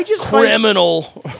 criminal